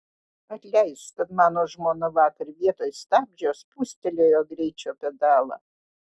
atleisk kad mano žmona vakar vietoj stabdžio spustelėjo greičio pedalą